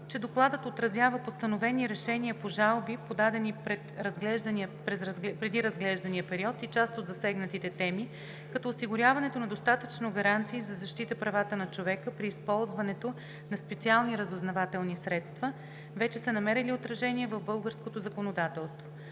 че Докладът отразява постановени решения по жалби, подадени преди разглеждания период, и част от засегнатите теми, като осигуряването на достатъчно гаранции за защита правата на човека при използването на специални разузнавателни средства, вече са намерили отражения в българското законодателство.